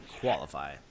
qualify